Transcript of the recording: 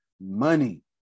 Money